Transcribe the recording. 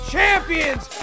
Champions